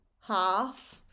half